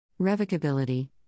revocability